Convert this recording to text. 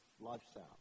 lifestyle